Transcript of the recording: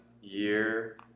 year